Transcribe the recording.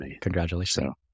Congratulations